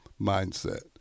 mindset